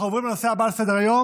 נעבור לנושא הבא על סדר-היום,